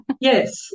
Yes